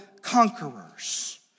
conquerors